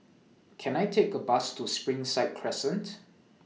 Can I Take A Bus to Springside Crescent